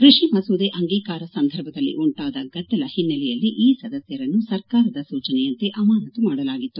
ಕೃಷಿ ಮಸೂದೆ ಅಂಗೀಕಾರ ಸಂದರ್ಭದಲ್ಲಿ ಉಂಟಾದ ಗದ್ದಲ ಹಿನ್ನೆಲೆಯಲ್ಲಿ ಈ ಸದಸ್ತರನ್ನು ಸರ್ಕಾರದ ಸೂಚನೆಯಂತೆ ಅಮಾನತು ಮಾಡಲಾಗಿತ್ತು